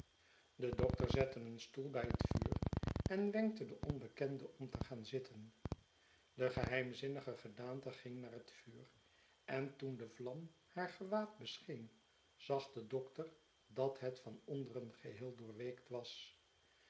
de dokter zette een stoel bij het vuur en wenkte de onbekende om te gaan zitten de geheimzinnige gedaante ging naar het vuur en toen de vlarn haar gewaad bescheen zag de dokter dat het van onderen geneel doorweekt was